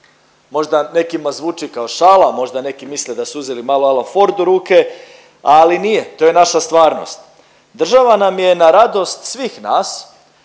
Možda nekima zvuči kao šala, možda neki misle da su uzeli malo Alan Ford u ruke, ali nije, to je naša stvarnost. Država nam je na radost svih nas